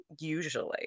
usually